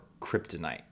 Kryptonite